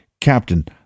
Captain